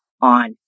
on